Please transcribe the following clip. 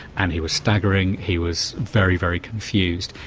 and he was staggering, he was very, very confused.